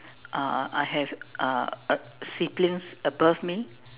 uh I have uh siblings above me